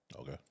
Okay